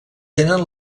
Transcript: tenen